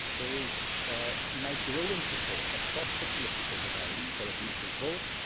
there is ah now growing support across the political divide for a people's vote,